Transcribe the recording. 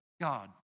God